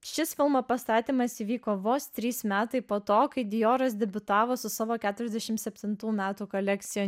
šis filmo pastatymas įvyko vos trys metai po to kai dioras debiutavo su savo keturiasdešimt septintų metų kolekcija